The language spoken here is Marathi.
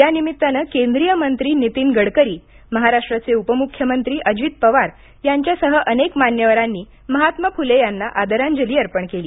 या निमित्ताने केंद्रीय मंत्री नितीन गडकरी महाराष्ट्राचे उपमुख्यमंत्री अजित पवार यांच्यासह अनेक मान्यवरांनी महात्मा फुले यांना आदरांजली अर्पण केली